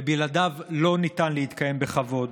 ובלעדיו לא ניתן להתקיים בכבוד.